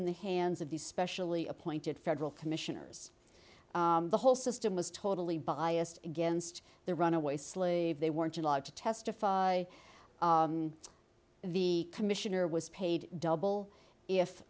n the hands of these specially appointed federal commissioners the whole system was totally biased against the runaway slave they weren't allowed to testify the commissioner was paid double if